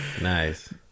Nice